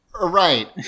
Right